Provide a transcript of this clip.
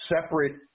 separate